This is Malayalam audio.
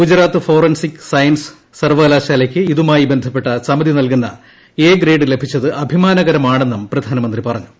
ഗുജറാത്ത് ഫോറൻസിക് സയൻസസ് സർവ്വകലാശാലയ്ക്ക് ഇതുമായി ബന്ധപ്പെട്ട സമിതി നൽകുന്ന എ ഗ്രേഡ് ലഭിച്ചത് അഭിമാനകരമാണെന്നും പ്രധാനമന്ത്രി പറഞ്ഞു